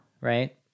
right